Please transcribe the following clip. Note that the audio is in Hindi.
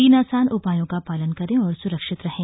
तीन आसान उपायों का पालन करें और सुरक्षित रहें